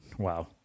Wow